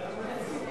להסיר